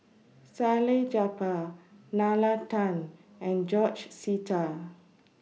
Salleh Japar Nalla Tan and George Sita